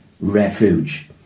refuge